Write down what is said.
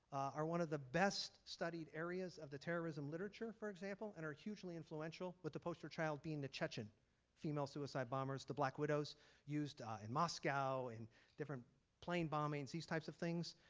are one of the best studied areas of the terrorism literature, for example. and are hugely influential with the poster child being the chechen female suicide bombers the black widows used in moscow in different plane bombings. these types of things.